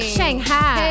Shanghai